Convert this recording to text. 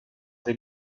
des